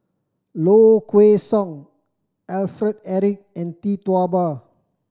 Low Kway Song Alfred Eric and Tee Tua Ba